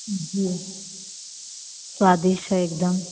जी स्वादिष्ट है एकदम